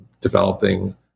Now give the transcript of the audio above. developing